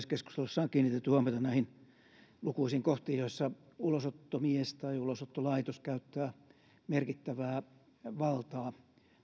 keskustelussa on kiinnitetty huomiota näihin lukuisiin kohtiin joissa ulosottomies tai ulosottolaitos käyttää merkittävää valtaa